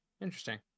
interesting